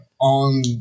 on